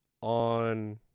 on